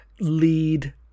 lead